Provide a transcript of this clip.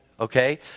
Okay